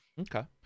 Okay